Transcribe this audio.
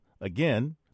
again